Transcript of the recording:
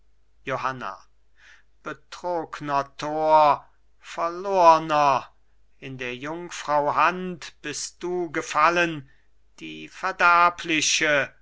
johanna betrogner tor verlorner in der jungfrau hand bist du gefallen die verderbliche